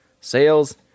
sales